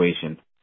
situation